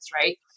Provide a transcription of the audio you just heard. right